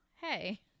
hey